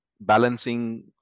balancing